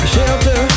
Shelter